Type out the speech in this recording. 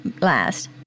last